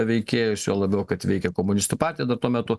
veikėjus juo labiau kad veikė komunistų partija dar tuo metu